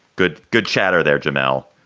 good. good chatter there, jamal.